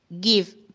give